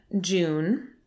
June